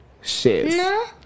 shares